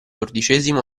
xiv